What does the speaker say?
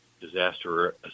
disaster